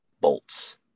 bolts